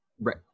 Right